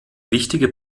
wichtige